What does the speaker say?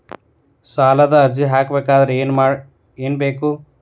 ಸಾಲದ ಅರ್ಜಿ ಹಾಕಬೇಕಾದರೆ ಏನು ಬೇಕು?